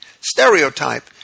stereotype